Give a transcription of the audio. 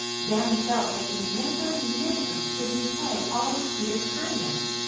danny felt that he never, never could repay all of peter's kindness.